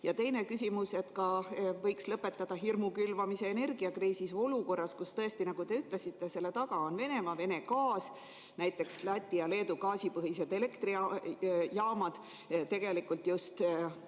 Ja teine küsimus. Võiks lõpetada ka hirmu külvamise energiakriisis, olukorras, kus tõesti, nagu te ütlesite, selle taga on Venemaa, Vene gaas. Näiteks, Läti ja Leedu gaasipõhised elektrijaamad, tegelikult just